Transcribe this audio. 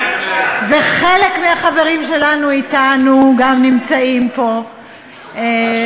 וחלק מהחברים שלנו גם נמצאים פה אתנו.